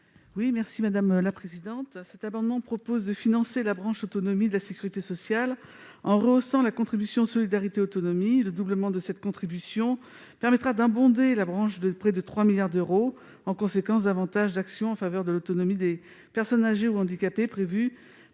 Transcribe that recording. l'amendement n° 130 rectifié. Cet amendement vise à financer la branche autonomie de la sécurité sociale en rehaussant la contribution de solidarité pour l'autonomie (CSA). Le doublement de cette contribution permettra d'abonder la branche de près de 3 milliards d'euros. En conséquence, davantage d'actions en faveur de l'autonomie des personnes âgées ou handicapées prévues